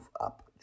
up